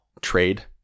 trade